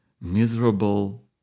miserable